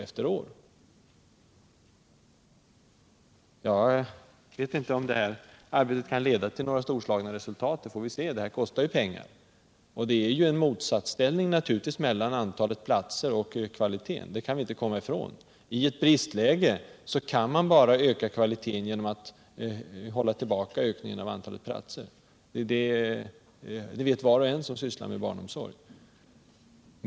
Jag vet inte om detta arbete kan leda till några storslagna resultat — det får vi se, det kostar ju pengar. Och det är naturligtvis en motsatsställning mellan antalet platser och kvaliteten, det kan vi inte komma ifrån. I ett bristläge kan man bara öka kvaliteten genom att hålla tillbaka ökningen av antalet platser, det vet var och en som sysslar med barnomsorg.